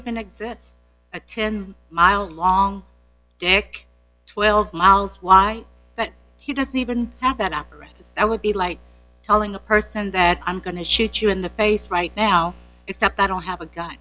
even exist a ten mile long derrick twelve miles why that he doesn't even have that apparatus that would be like telling a person that i'm going to shoot you in the face right now except i don't have a gu